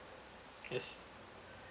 yes